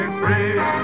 free